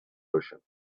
ocean